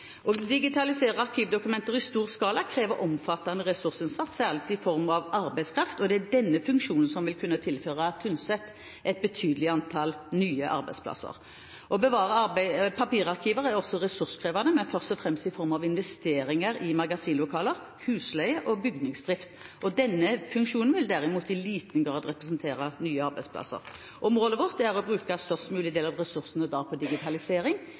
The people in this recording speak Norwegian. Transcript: Å digitalisere arkivdokumenter i stor skala krever omfattende ressursinnsats, særlig i form av arbeidskraft. Det er denne funksjonen som vil kunne tilføre Tynset et betydelig antall nye arbeidsplasser. Å bevare papirarkiver er også ressurskrevende, men først og fremst i form av investeringer i magasinlokaler, husleie og bygningsdrift. Denne funksjonen vil derimot i liten grad representere nye arbeidsplasser. Målet vårt er å bruke en størst mulig del av ressursene på digitalisering